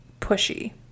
pushy